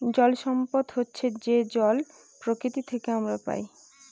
জল সম্পদ হচ্ছে যে জল প্রকৃতি থেকে আমরা পায়